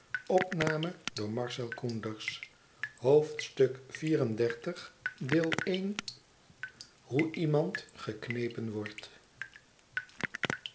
xxxiv hoe iemand geknepen wordt